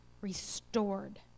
restored